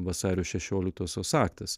vasario šešioliktosios aktas